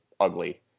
ugly